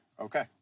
okay